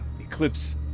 Eclipse